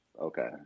Okay